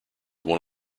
one